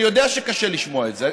אני יודע שקשה לשמוע את זה,